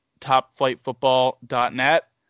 topflightfootball.net